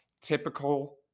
typical